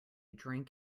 drink